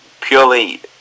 purely